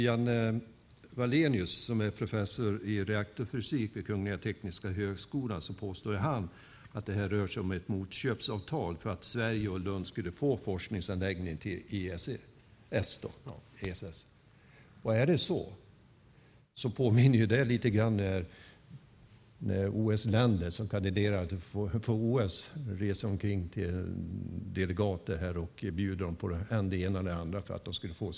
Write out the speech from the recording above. Janne Wallenius, som är professor i reaktorfysik vid Kungliga Tekniska högskolan påstår att det rör sig om ett motköpsavtal för att Sverige skulle få forskningsanläggningen ESS. I så fall påminner det om hur representanter från länder som ansöker om OS reser runt och bjuder delegater på än det ena, än det andra för att få deras röst.